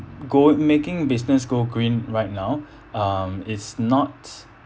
go making business go green right now um is not